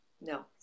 No